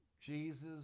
Jesus